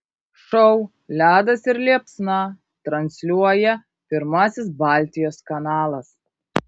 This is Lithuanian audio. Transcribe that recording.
šou ledas ir liepsna transliuoja pirmasis baltijos kanalas